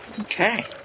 okay